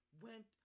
went